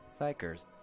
psychers